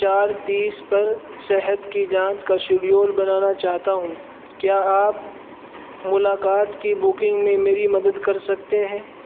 چار تیس پر صحت کی جانچ کا شیڈول بنانا چاہتا ہوں کیا آپ ملاقات کی بکنگ میں میری مدد کر سکتے ہیں